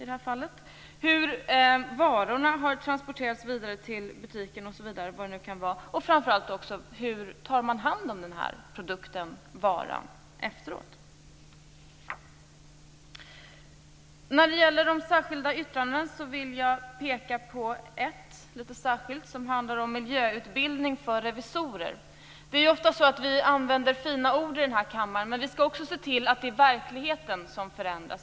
Det gäller hur varorna har transporterats vidare till butiken osv. Det gäller framför allt också hur man tar hand om den här produkten, varan, efteråt. När det gäller de särskilda yttrandena vill jag peka på ett litet särskilt. Det handlar om miljöutbildning för revisorer. Det är ofta så att vi använder fina ord i den här kammaren. Men vi skall också se till att det är verkligheten som förändras.